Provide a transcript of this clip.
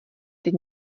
teď